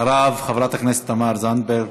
אחריו, חברת הכנסת תמר זנדברג.